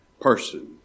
person